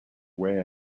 way